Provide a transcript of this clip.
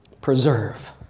Preserve